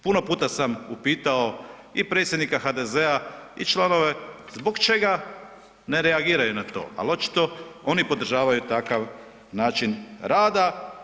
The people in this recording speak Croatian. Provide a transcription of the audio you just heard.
Puno puta sam upitao i predsjednika HDZ-a i članove zbog čega ne reagiraju na to, ali očito oni podržavaju takav način rada.